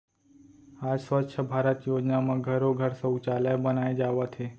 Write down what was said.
आज स्वच्छ भारत योजना म घरो घर सउचालय बनाए जावत हे